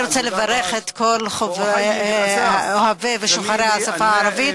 אני רוצה לברך את כל אוהבי ושוחרי השפה הערבית,